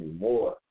more